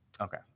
Okay